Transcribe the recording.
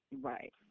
Right